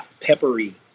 peppery